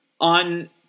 on